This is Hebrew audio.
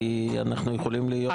כי אנחנו יכולים להיות פה --- שוב,